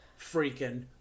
freaking